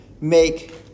make